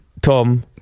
Tom